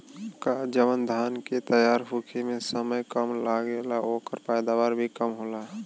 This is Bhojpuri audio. का जवन धान के तैयार होखे में समय कम लागेला ओकर पैदवार भी कम होला?